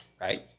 right